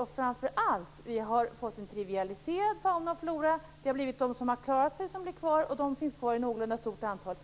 och framför allt har vi fått en trivialiserad flora och fauna. De som har klarat sig har blivit kvar, och de finns kvar i någorlunda stort antal.